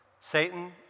Satan